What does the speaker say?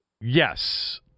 Yes